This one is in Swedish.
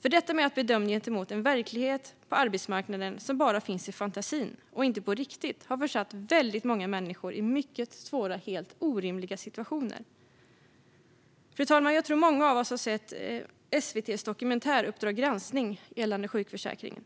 för detta att bli bedömd gentemot en situation på arbetsmarknaden som bara finns i fantasin och inte i verkligheten har försatt väldigt många människor i mycket svåra och helt orimliga situationer. Fru talman! Jag tror att många av oss har sett dokumentärserien som SVT:s Uppdrag granskning gjort om sjukförsäkringen.